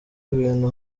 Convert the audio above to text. ibintu